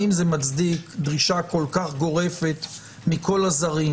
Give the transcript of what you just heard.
האם זה מצדיק דרישה כל כך גורפת מכל הזרים,